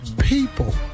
people